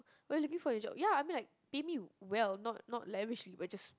what are you looking for in a job ya I mean like pay me well not not lavishly but just